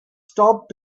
stop